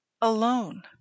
Alone